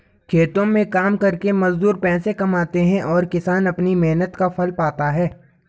खेतों में काम करके मजदूर पैसे कमाते हैं और किसान अपनी मेहनत का फल पाता है